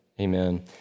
Amen